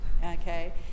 Okay